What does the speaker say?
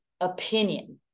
opinion